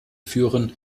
führen